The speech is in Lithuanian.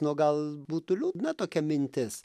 nu gal būtų liūdna tokia mintis